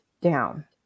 down